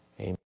Amen